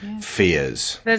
fears